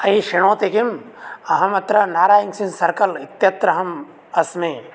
I शृणोति किम् अहमत्र नारायण्सिङ्ग् सर्कल् इत्यत्र अहम् अस्मि